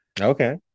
Okay